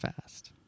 fast